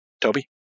Toby